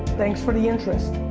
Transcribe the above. thanks for the interest.